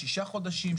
שישה חודשים,